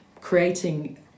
creating